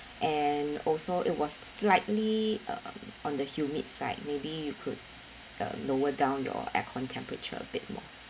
and also it was slightly um on the humid side maybe you could uh lower down your aircon temperature a bit more